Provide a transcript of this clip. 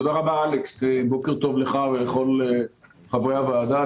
תודה רבה אלכס, בוקר טוב לך ולכל חברי הוועדה.